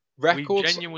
Records